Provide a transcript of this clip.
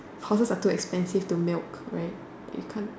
horses are too expensive to milk right you can't